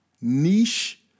niche